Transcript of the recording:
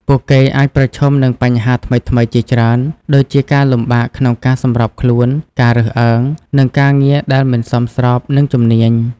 ពួកគេអាចប្រឈមនឹងបញ្ហាថ្មីៗជាច្រើន ដូចជាការលំបាកក្នុងការសម្របខ្លួន ការរើសអើង និងការងារដែលមិនសមស្របនឹងជំនាញ។